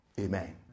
Amen